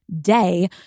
day